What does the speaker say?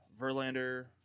Verlander